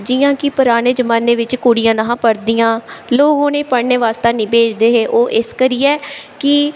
जियां कि पराने जमाने बिच्च कुड़ियां ना हा पढ़दियां लोग उ'नें गी पढ़ने बास्तै हैन्नी भेजदे हे ओह् इस करियै कि